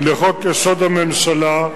לחוק-יסוד: הממשלה,